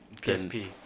psp